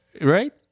right